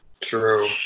True